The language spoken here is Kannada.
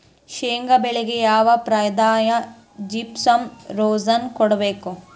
ಶೇಂಗಾ ಬೆಳೆಗೆ ಯಾವ ಪ್ರಾಯದಾಗ ಜಿಪ್ಸಂ ಬೋರಾನ್ ಕೊಡಬೇಕು?